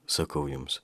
sakau jums